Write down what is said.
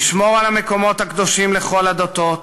תשמור על המקומות הקדושים של כל הדתות,